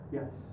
yes